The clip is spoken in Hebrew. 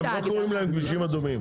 הם לא קוראים להם כבישים אדומים.